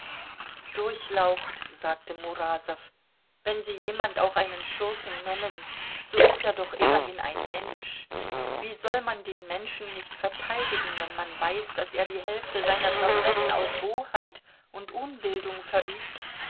durchlaucht sagte murasow wenn sie jemand auch einen schurken nennen so ist er doch immerhin ein mensch wie soll man den menschen nicht verteidigen wenn man weiß daß er die hälfte seiner verbrechen aus roheit und unbildung verübt